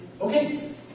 Okay